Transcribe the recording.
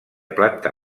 planta